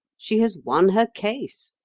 she has won her case.